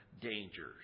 dangers